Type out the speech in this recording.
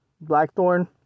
Blackthorn